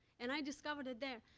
and i discovered it there.